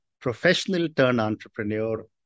professional-turned-entrepreneur